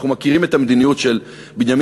אנחנו מכירים את המדיניות של בנימין